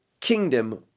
kingdom